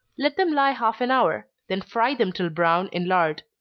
let them lie half an hour then fry them till brown in lard.